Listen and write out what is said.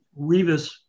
Revis